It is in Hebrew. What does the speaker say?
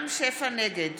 נגד